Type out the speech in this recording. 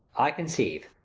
i conceive.